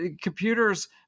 computers